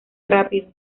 rápido